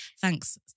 Thanks